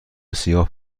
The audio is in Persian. سیاه